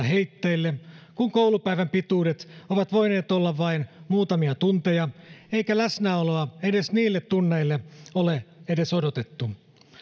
heitteille kun koulupäivän pituudet ovat voineet olla vain muutamia tunteja eikä läsnäoloa edes niille tunneille ole edes odotettu